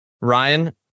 Ryan